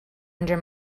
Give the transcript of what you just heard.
under